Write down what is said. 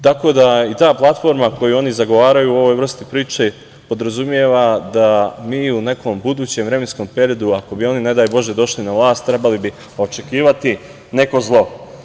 Tako da, ta platforma koju oni zagovaraju u ovoj vrsti priče podrazumeva da mi u nekom budućem vremenskom periodu, ako bi oni ne daj Bože došli na vlast, treba li bi očekivati neko zlo.